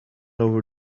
over